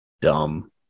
Dumb